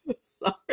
Sorry